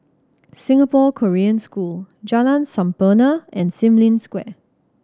Singapore Korean School Jalan Sampurna and Sim Lim Square